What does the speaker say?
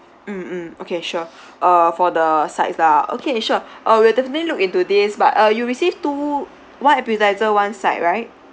mm mm okay sure uh for the sides lah okay sure I will definitely look into this but uh you received two one appetiser one side right